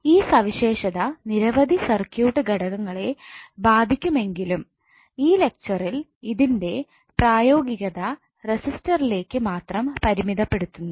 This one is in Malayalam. ഈ സവിശേഷത നിരവധി സർക്യൂട്ട് ഘടകങ്ങളെ ബാധിക്കുമെങ്കിലും ഈ ലെക്ചറിൽ ഇതിന്റെ പ്രായോഗികത റസിസ്റ്റേഴ്സിലേക്ക് മാത്രം പരിമിതപ്പെടുത്തുന്നു